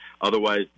Otherwise